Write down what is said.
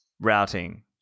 routing